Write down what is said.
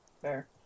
Fair